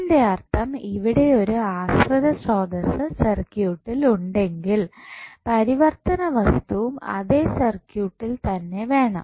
ഇതിൻറെ അർത്ഥം ഇവിടെ ഒരു ആശ്രിത സോതസ്സ് സർക്യൂട്ടിൽ ഉണ്ടെങ്കിൽ പരിവർത്തന വസ്തുവും അതേ സർക്യൂട്ടിൽ തന്നെ വേണം